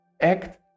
act